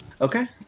Okay